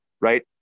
right